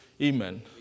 Amen